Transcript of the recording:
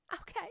Okay